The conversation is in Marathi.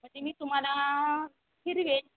म्हणजे मी तुम्हाला फिरवेन